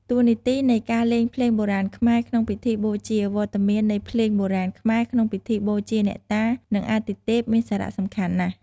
តួនាទីនៃការលេងភ្លេងបុរាណខ្មែរក្នុងពិធីបូជា វត្តមាននៃភ្លេងបុរាណខ្មែរក្នុងពិធីបូជាអ្នកតា និងអាទិទេព មានសារៈសំខាន់ណាស់។